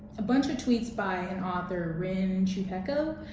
a bunch of tweets by an author rin chupeco